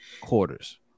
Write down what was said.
quarters